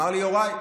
אמר לי: יוראי,